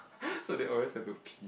so they always have to pee